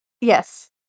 Yes